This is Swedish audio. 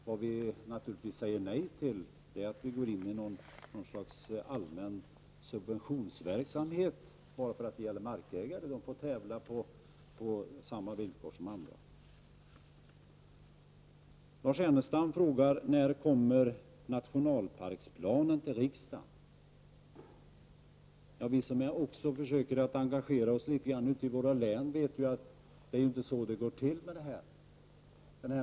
Vad vi däremot säger nej till är att gå in i något slags allmän subventionsverksamhet bara för att det gäller markägare — de får tävla på samma villkor som andra. Lars Ernestam frågade när nationalparksplanen skulle komma till riksdagen. Vi som försöker att också engagera oss litet i våra län vet att det inte är så det går till.